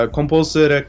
Composer